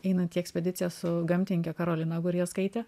einant į ekspediciją su gamtininke karolina gurjauskaite